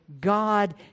God